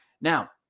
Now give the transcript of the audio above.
Now